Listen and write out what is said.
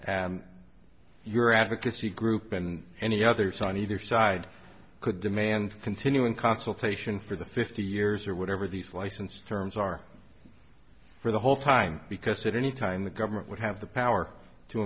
and your advocacy group and any others on either side could demand continuing consultation for the fifty years or whatever these license terms are for the whole time because of any time the government would have the power to